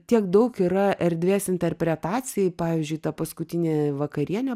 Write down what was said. tiek daug yra erdvės interpretacijai pavyzdžiui ta paskutinė vakarienė